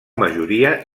majoria